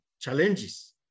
challenges